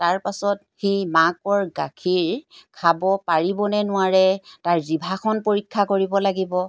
তাৰপাছত সি মাকৰ গাখীৰ খাব পাৰিবনে নোৱাৰে তাৰ জিভাখন পৰীক্ষা কৰিব লাগিব